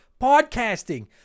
podcasting